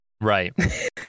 Right